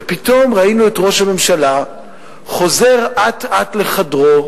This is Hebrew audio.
ופתאום ראינו את ראש הממשלה חוזר אט-אט לחדרו,